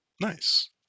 nice